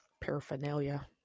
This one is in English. paraphernalia